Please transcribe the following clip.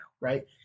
right